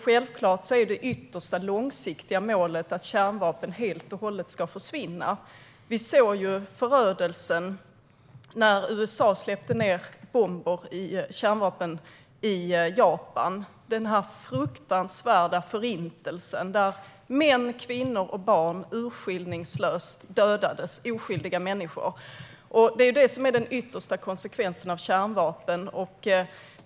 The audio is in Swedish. Självklart är det yttersta långsiktiga målet att kärnvapen helt och hållet ska försvinna. Vi såg förödelsen när USA släppte ned kärnvapen i Japan. Det var en fruktansvärd förintelse där oskyldiga män, kvinnor och barn urskillningslöst dödades. Det är det som är den yttersta konsekvensen av kärnvapen.